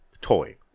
toy